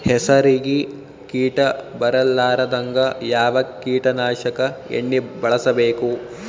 ಹೆಸರಿಗಿ ಕೀಟ ಬರಲಾರದಂಗ ಯಾವ ಕೀಟನಾಶಕ ಎಣ್ಣಿಬಳಸಬೇಕು?